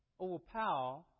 overpower